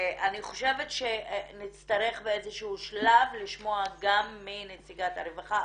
ואני חושבת שנצטרך באיזה שהוא שלב לשמוע גם מנציגת הרווחה,